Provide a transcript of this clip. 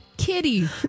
Kitty